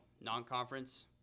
non-conference